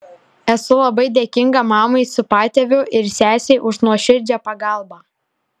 esu labai dėkinga mamai su patėviu ir sesei už nuoširdžią pagalbą